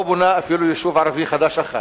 לא בונה אפילו יישוב ערבי חדש אחד,